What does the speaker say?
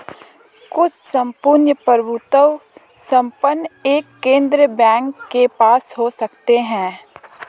कुछ सम्पूर्ण प्रभुत्व संपन्न एक केंद्रीय बैंक के पास हो सकते हैं